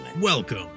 Welcome